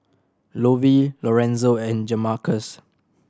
Lovie Lorenzo and Jamarcus